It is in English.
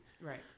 Right